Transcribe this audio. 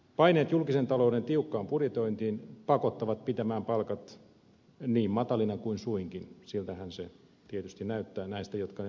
paineet julkisen talouden tiukkaan budjetointiin pakottavat pitämään palkat niin matalina kuin suinkin siltähän se tietysti näyttää näistä jotka niitä palkkoja saavat